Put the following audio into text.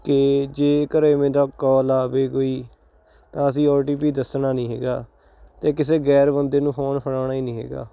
ਕਿ ਜੇਕਰ ਐਵੇਂ ਦਾ ਕੌਲ ਆਵੇ ਕੋਈ ਤਾਂ ਅਸੀਂ ਓਟੀਪੀ ਦੱਸਣਾ ਨਹੀਂ ਹੈਗਾ ਅਤੇ ਕਿਸੇ ਗੈਰ ਬੰਦੇ ਨੂੰ ਫੋਨ ਫੜਾਣਾ ਹੀ ਨਹੀਂ ਹੈਗਾ